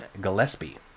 Gillespie